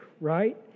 right